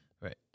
Right